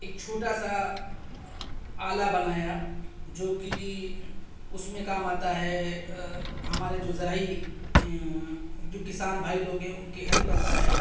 ایک چھوٹا سا آلہ بنایا جوکہ اس میں کام آتا ہے ہمارے جو زرعی جو کسان بھائی لوگ ہیں ان کی ہیلپ کرتا ہے